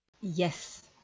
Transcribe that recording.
Yes